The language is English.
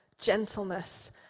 gentleness